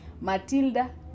Matilda